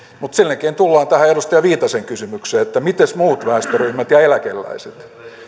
mutta sen jälkeen tullaan tähän edustaja viitasen kysymykseen että miten muut väestöryhmät ja eläkeläiset